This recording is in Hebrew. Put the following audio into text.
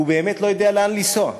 והוא באמת לא יודע לאן לנסוע.